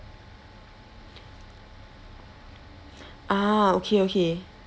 ah okay okay